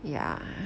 ya